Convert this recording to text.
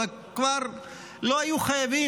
אלא כבר לא היו חייבים,